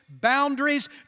boundaries